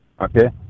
okay